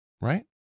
Right